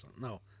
No